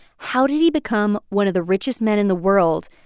how did he become one of the richest men in the world?